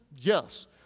Yes